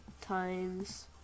times